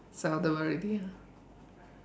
seldom already ah